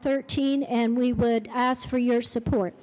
thirteen and we would ask for your support